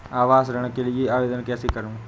आवास ऋण के लिए आवेदन कैसे करुँ?